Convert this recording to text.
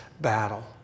battle